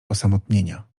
osamotnienia